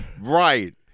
right